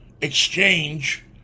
exchange